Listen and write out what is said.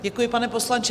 Děkuji, pane poslanče.